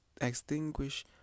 extinguish